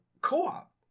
co-op